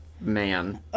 man